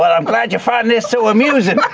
but i'm glad you find this so amusing.